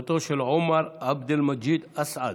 מותו של עומר עבד אל-מג'יד אסעד.